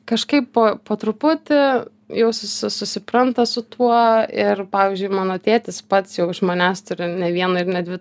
kažkaip po po truputį jau susi susipranta su tuo ir pavyzdžiui mano tėtis pats jau iš manęs turi ne vieną ir ne dvi